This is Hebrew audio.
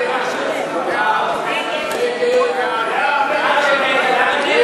ההצעה להסיר מסדר-היום את הצעת חוק שירותי הדת היהודיים (תיקון,